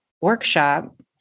workshop